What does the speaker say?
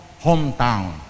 hometown